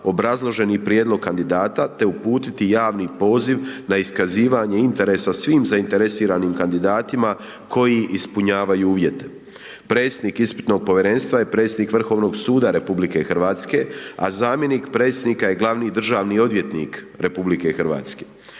obrazloženi prijedlog kandidata te uputiti javni poziv na iskazivanje interesa svim zainteresiranim kandidatima koji ispunjavaju uvjete. Predsjednik ispitnog povjerenstva je predsjednik Vrhovnog suda RH, a zamjenik predsjednika je glavni državni odvjetnik RH.